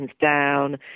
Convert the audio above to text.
down